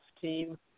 team